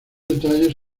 detalles